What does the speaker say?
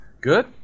Good